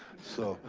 so,